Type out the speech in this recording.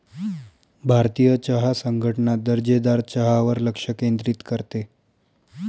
भारतीय चहा संघटना दर्जेदार चहावर लक्ष केंद्रित करते